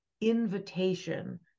invitation